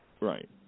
right